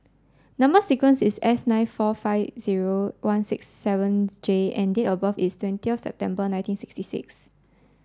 number sequence is S nine four five zero one six seven J and date of birth is twentith September nineteen sixty six